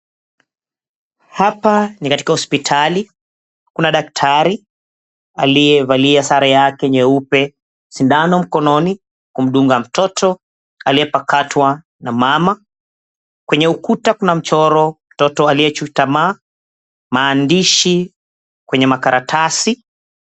Hapa ni katika hospitali. Kuna daktari aliyevalia sare yake nyeupe, sindano mkononi kumdunga mtoto aliyepakatwa na mama. Kwenye ukuta kuna mchoro mtoto aliyechutamaa. Maandishi kwenye makaratasi.